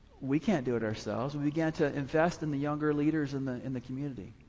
we can't do it ourselves. we began to invest in the younger leaders in the in the community.